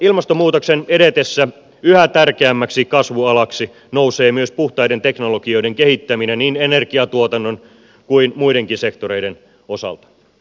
ilmastonmuutoksen edetessä yhä tärkeämmäksi kasvualaksi nousee myös puhtaiden teknologioiden kehittäminen niin energiantuotannon kuin muidenkin sektoreiden osalta